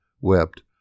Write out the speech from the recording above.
wept